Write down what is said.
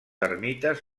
ermites